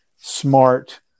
smart